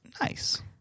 Nice